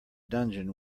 dungeon